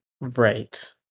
Right